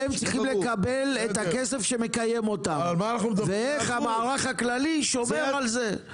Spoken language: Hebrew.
הם צריכים לקבל את הכסף שמקיים אותם ואיך המערך הכללי שומר על זה.